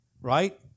Right